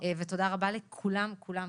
תודה רבה לכולם כולם.